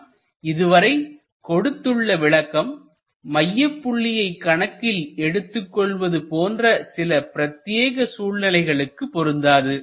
நாம் இதுவரை கொடுத்துள்ள விளக்கம்மையப்புள்ளியை கணக்கில் எடுத்துக் கொள்வது போன்ற சில பிரத்தியேக சூழ்நிலைகளுக்கு பொருந்தாது